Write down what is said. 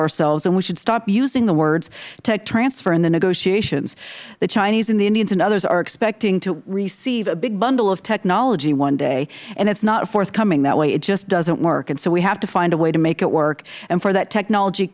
ourselves and we should stop using the words tech transfer in the negotiations the chinese the indians and the others are expecting to receive a big bundle of technology one day and it's not forthcoming that way it just doesn't work and so we have to find a way to make it work and for that technology